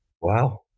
Wow